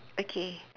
okay